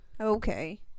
Okay